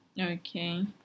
Okay